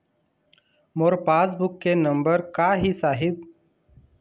मोर passbook के नंबर का ही साहब?